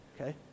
okay